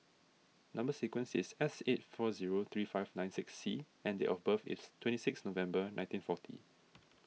Number Sequence is S eight four zero three five nine six C and date of birth is twenty six November nineteen forty